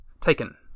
Taken